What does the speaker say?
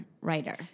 Writer